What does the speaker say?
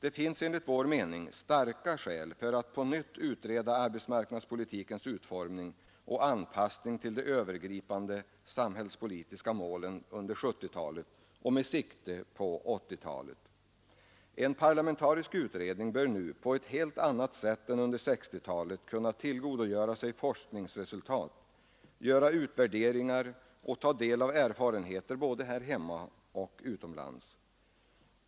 Det finns enligt vår mening starka skäl för att på nytt utreda arbetsmarknadspolitikens utformning och anpassning till de övergripande samhällspolitiska målen under 1970-talet och med sikte på 1980-talet. En parlamentarisk utredning bör nu på ett helt annat sätt än under 1960-talet kunna tillgodogöra sig forskningsresultat, göra utvärderingar och ta del av erfarenheter både här hemma och utomlands.